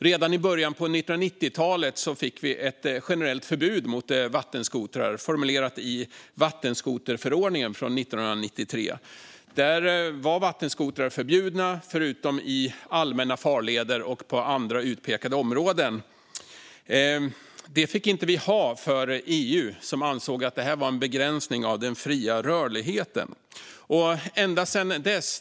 Redan i början av 1990-talet fick vi ett generellt förbud mot vattenskotrar formulerat i vattenskoterförordningen från 1993. Där var vattenskotrar förbjudna förutom i allmänna farleder och på andra utpekade områden. Men så fick vi inte ha det för EU, som ansåg att det var en begränsning av den fria rörligheten.